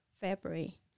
February